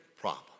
problem